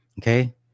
okay